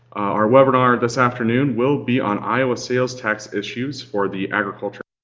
our webinar this afternoon will be on iowa sales tax issues for the agriculture